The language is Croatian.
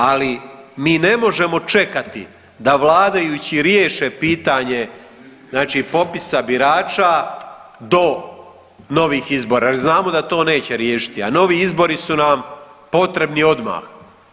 Ali mi ne možemo čekati da vladajući riješe pitanje, znači popisa birača do novih izbora jer znamo da to neće riješiti, a novi izbori su nam potrebni odmah.